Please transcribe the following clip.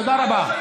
תודה רבה.